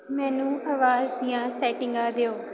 ਮੈਨੂੰ ਅਵਾਜ਼ ਦੀਆਂ ਸੈਟਿੰਗਾਂ ਦਿਓ